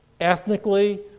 ethnically